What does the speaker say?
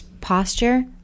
posture